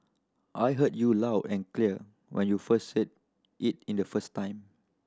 I heard you loud and clear when you said it in the first time